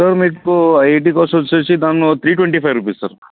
sir మీకు IIT cost వచ్చేసి దాన్లో three twenty five rupees sir